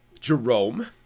Jerome